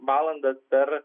valandas per